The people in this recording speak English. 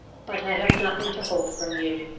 but i have nothing to hope from you.